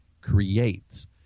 creates